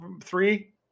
three